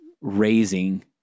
raising